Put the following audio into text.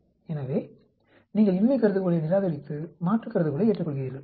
எனவே நீங்கள் இன்மை கருதுகோளை நிராகரித்து மாற்று கருதுகோளை ஏற்றுக்கொள்கிறீர்கள்